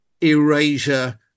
erasure